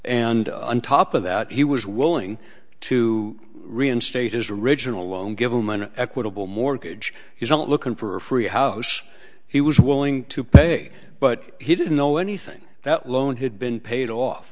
and on top of that he was willing to reinstate his original loan give him an equitable mortgage he's not looking for a free house he was willing to pay but he didn't know anything that loan had been paid off